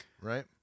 right